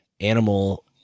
animal